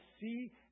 see